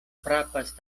frapas